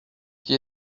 qui